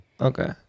Okay